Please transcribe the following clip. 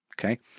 Okay